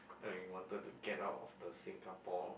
like you wanted to get out of the Singapore